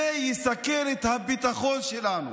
זה יסכן את הביטחון שלנו.